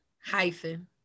hyphen